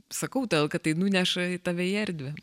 sakau tau kad tai nuneša tave į erdvę